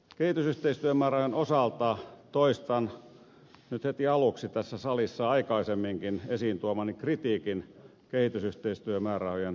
kehitysyhteistyömäärärahojen osalta toistan nyt heti aluksi tässä salissa aikaisemminkin esiin tuomani kritiikin kehitysyhteistyömäärärahojen tasosta